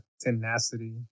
tenacity